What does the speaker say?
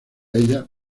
ella